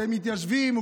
שהם מתיישבים,